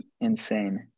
Insane